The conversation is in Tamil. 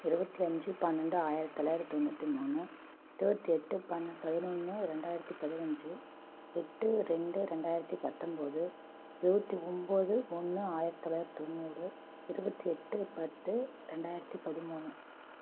இருபத்தி அஞ்சு பன்னெண்டு ஆயிரத்தி தொள்ளாயிரத்தி தொண்ணூற்றி மூணு இருபத்தி எட்டு பதினொன்று ரெண்டாயிரத்தி பதினஞ்சு எட்டு ரெண்டு ரெண்டாயிரத்தி பத்தொம்போது இருபத்தி ஒம்போது ஒன்று ஆயிரத்தி தொள்ளாயிரத்தி தொண்ணூறு இருபத்தி எட்டு பத்து ரெண்டாயிரத்தி பதிமூணு